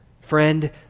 Friend